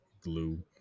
glue